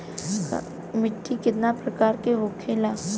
मिट्टी कितने प्रकार के होखेला?